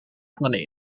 planeten